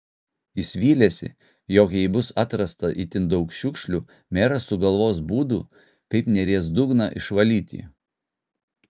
jis vylėsi jog jei bus atrasta itin daug šiukšlių meras sugalvos būdų kaip neries dugną išvalyti